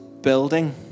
building